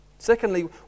Secondly